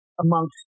amongst